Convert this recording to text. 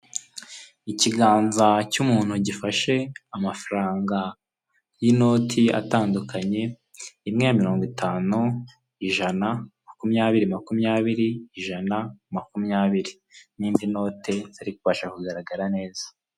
Ikiganza cy'umuntu gifashe amafaranga y'inoti atandukanye imwe mirongo itanu, ijana makumyabiri makumyabiri ijana, makumyabiri n'indi note zari kubasha kugaragara neza.